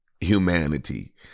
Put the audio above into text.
humanity